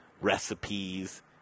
recipes